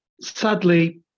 Sadly